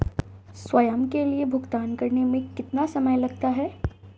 स्वयं के लिए भुगतान करने में कितना समय लगता है?